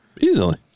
Easily